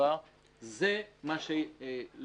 לשמחתי יש לנו עבודה משותפת מאוד פורייה מול חברות האשראי.